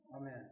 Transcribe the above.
Amen